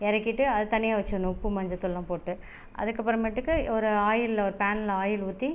இறக்கிட்டு அதை தனியாக வச்சிடணும் உப்பு மஞ்சள் தூள்லா போட்டு அதுக்கப்புறமேட்டுக்கு ஒரு ஆயிலில் ஒரு பேனில் ஆயில் ஊற்றி